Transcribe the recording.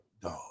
dog